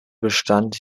bestand